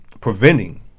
preventing